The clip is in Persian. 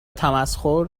تمسخر